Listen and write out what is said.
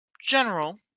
general